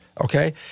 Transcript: okay